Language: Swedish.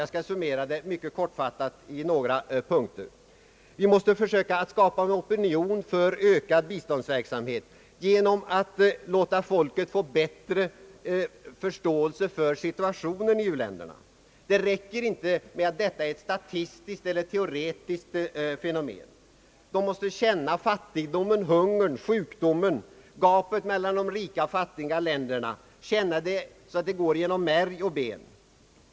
Jag skall summera det mycket kortfattat i några punkter. Vi måste, för det första, försöka skapa en opinion för ökad biståndsverksamhet genom att låta folket få bättre förståelse för situationen i u-länderna. Det räcker inte med att betrakta nöden som ett statistiskt eller teoretiskt fenomen. Man måste känna fattigdomen, hungern, sjukdomen, gapet mellan de rika och fattiga länderna, känna det så att det går genom märg och ben.